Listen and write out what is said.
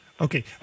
Okay